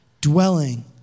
dwelling